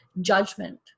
judgment